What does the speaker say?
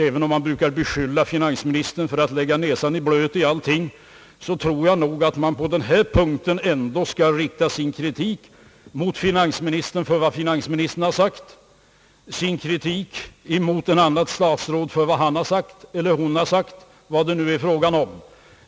Även om man brukar beskylla finansministern för att lägga sin näsa i blöt i allting, tror jag att man skall rikta sin kritik mot finansministern för vad han har sagt och sin kritik mot ett annat statsråd för vad han eller hon har sagt.